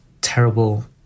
terrible